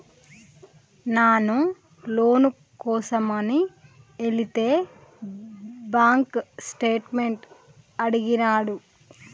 నాను లోను కోసమని ఎలితే బాంక్ స్టేట్మెంట్ అడిగినాడు